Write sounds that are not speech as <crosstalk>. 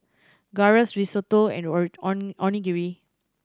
Gyros Risotto and <unintelligible> Onigiri